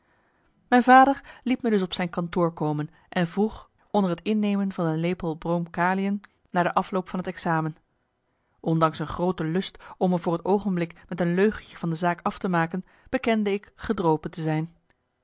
mijn vader liet me dus op zijn kantoor komen en vroeg onder het innemen van een lepel brom kalium naar de afloop van het examen ondanks een groote lust om me voor t oogenblik met een leugentje van de zaak af te maken bekende ik gedropen te zijn